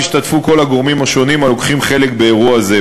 השתתפו בישיבה כל הגורמים הלוקחים חלק באירוע זה.